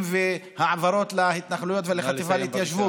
והעברות להתנחלויות ולחטיבה להתיישבות.